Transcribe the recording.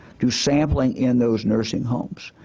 do sampling in those nursing homes.